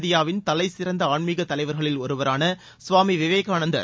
இந்தியாவின் தலைசிறந்த ஆன்மீக தலைவர்களில் ஒருவரான சுவாமி விவேகானந்தர்